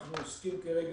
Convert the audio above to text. אנחנו עוסקים כרגע